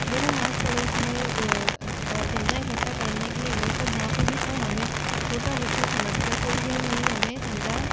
जब हम आस पड़ोस में चंदा इकट्ठा करने के लिए गए तब वहाँ पे भी सब हमें छोटा बच्चा समझकर कोई यह नहीं हमें चंदा